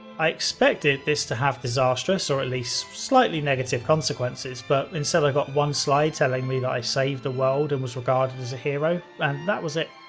i expected this to have disastrous or least slightly negative consequences, but instead i got one slide telling me that i saved the world and was regarded as a hero, and that was it.